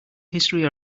history